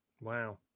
Wow